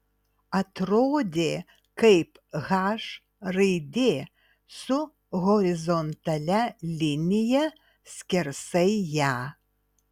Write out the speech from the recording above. atrodė kaip h raidė su horizontalia linija skersai ją